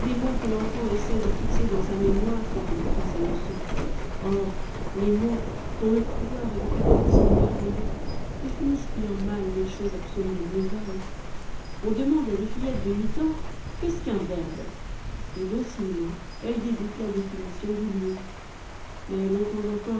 que l'enfant essaie de fixer dans sa mémoire quand il apprend sa leçon or les mots dont le pouvoir évocateur est si merveilleux définissent bien mal les choses absolument nouvelles on demande à des fillettes de huit ans qu'est-ce qu'un verbe et docilement elles débitent la définition du livre mais longtemps